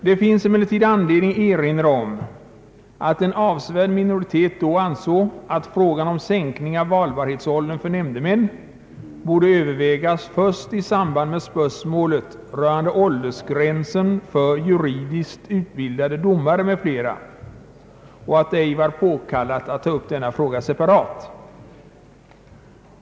Det finns emellertid anledning erinra om att en avsevärd minoritet då ansåg att frågan om sänkning av valbarhetsåldern för nämndemän borde övervägas först i samband med spörsmålet rörande åldersgränsen för juridiskt utbildade domare m.fl. och att det ej var påkallat att ta upp denna fråga separat.